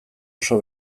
oso